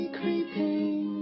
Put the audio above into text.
creeping